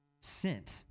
Sent